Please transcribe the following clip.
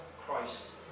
Christ